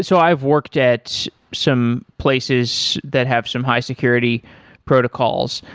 so i've worked at some places that have some high security protocols,